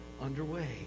underway